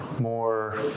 more